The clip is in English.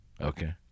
Okay